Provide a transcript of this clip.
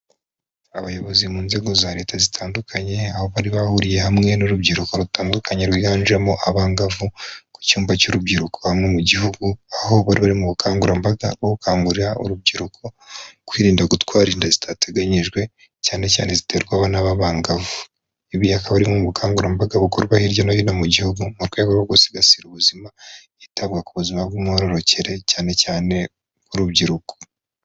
Abayobozi mu nzego za Leta zitandukanye aho bari bahuriye hamwe n'urubyiruko rutandukanye rwiganjemo abangavu ku cyumba cy'urubyiruko hamwe mu Gihugu. Aho bari bari mu bukangurambaga bwo gukangurira urubyiruko kwirinda gutwara inda zitateganyijwe cyane cyane ziterwa abana b'abangavu. Ibi akaba ari bumwe mu bukangurambaga bukorwa hirya no hino mu Gihugu mu rwego rwo gusigasira ubuzima hitabwa ku buzima bw'imyororokere cyane cyane urubyiruko.